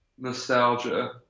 Nostalgia